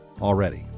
already